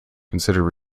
considered